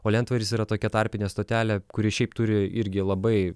o lentvaris yra tokia tarpinė stotelė kuri šiaip turi irgi labai